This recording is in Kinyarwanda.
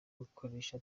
gukoresha